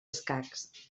escacs